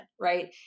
right